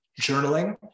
journaling